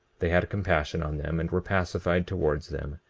they had compassion on them and were pacified towards them,